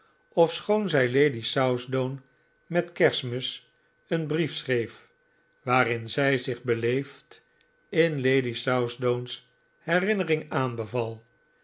ofschoon zij lady southdown met kerstmis een brief schreef waarin zij zich beleefd in lady southdown's herinnering aanbeval